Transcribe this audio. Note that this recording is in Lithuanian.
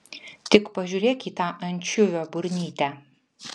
tik pažiūrėk į tą ančiuvio burnytę